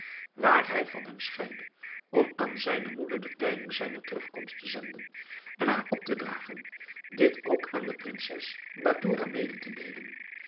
waar hij van hem scheidde om aan zijne moeder de tijding zijner terugkomst te zenden en haar op te dragen dit ook aan de prinses badoura mede te deelen